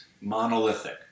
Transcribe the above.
monolithic